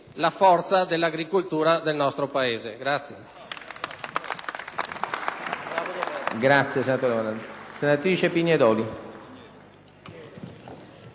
la forza dell'agricoltura del nostro Paese.